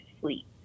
sleep